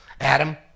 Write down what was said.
Adam